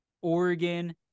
Oregon